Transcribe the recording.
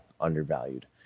undervalued